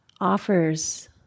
offers